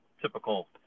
typical